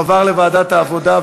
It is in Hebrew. לוועדת העבודה,